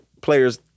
players